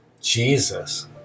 Jesus